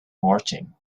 marching